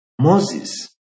Moses